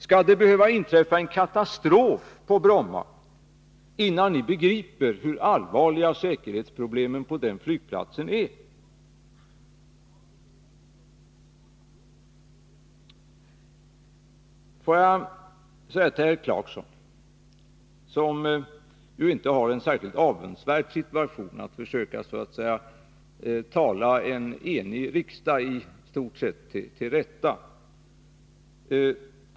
Skall det behöva inträffa en katastrof på Bromma, innan ni begriper hur allvarliga säkerhetsproblemen på den flygplatsen är? Herr Clarkson är i en inte särskilt avundsvärd situation, när han skall försöka att tala en istort sett enig riksdag till rätta.